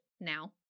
now